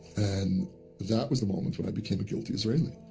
and that was the moment when i became a guilty israeli,